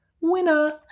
winner